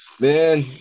man